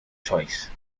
choice